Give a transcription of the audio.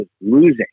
losing